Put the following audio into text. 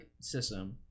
system